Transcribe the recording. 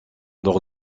leur